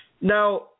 Now